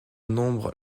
nombre